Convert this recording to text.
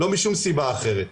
לא משום סיבה אחרת,